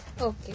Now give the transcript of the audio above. okay